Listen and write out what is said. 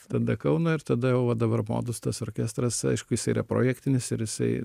tada kauno ir tada jau va dabar modus tas orkestras aišku jisai yra projektinis ir jisai